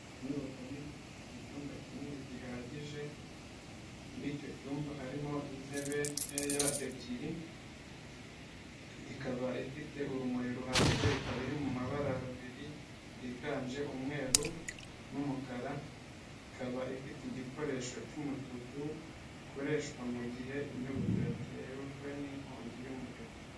Inyubako nini ifite icyumba kinini gihagije muri icyo cyumba harimo intebe nkeya ebyiri, ikaba ifite urumuri ruhagije ikaba iri mu mabara abiri yiganje umweru n'umukara ikaba ifite igikoresho cy'umutuku gikoreshwa mu gihe inyubako yatejwe n'inkongi y'umuriro.